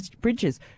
Bridges